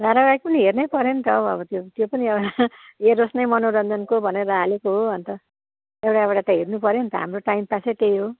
धारावाहिक पनि हेर्नै पऱ्यो नि त हौ अब त्यो त्यो पनि एउटा हेरोस् नै मनोरञ्जनको भनेर हालेको हो अन्त एउटा एउटा त हेर्नु पऱ्यो नि त हाम्रो टाइम पासै त्यही हो